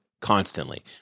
constantly